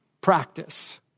practice